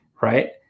Right